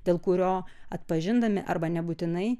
dėl kurio atpažindami arba nebūtinai